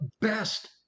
best